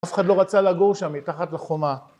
אף אחד לא רצה לגור שם מתחת לחומה.